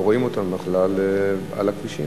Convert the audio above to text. לא רואים אותם בכלל על הכבישים.